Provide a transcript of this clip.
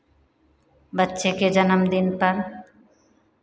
बच्चे के जन्मदिन पर